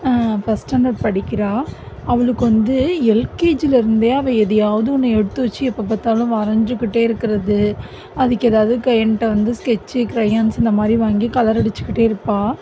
first standard படிக்கின்றா அவளுக்கு வந்து எல்கேஜியில் இருந்தே அவள் ஏதையாவது ஒன்றா எடுத்து வச்சு எப்போ பார்த்தாலும் வரஞ்சுக்கிட்டே இருக்கிறது அதுக்கு ஏதாவது க என்கிட்ட வந்து ஸ்கெட்ச்சி க்ரையான்ஸு இந்தமாதிரி வாங்கி கலர் அடிச்சுட்டுக்கிட்டு இருப்பா